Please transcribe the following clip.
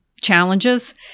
challenges